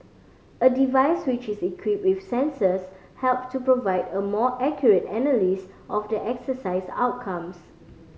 a device which is equipped with sensors help to provide a more accurate analysis of the exercise outcomes